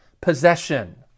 possession